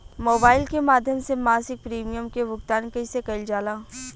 Mobile के माध्यम से मासिक प्रीमियम के भुगतान कैसे कइल जाला?